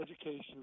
education